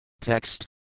TEXT